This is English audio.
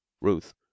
Ruth